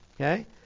Okay